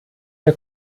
der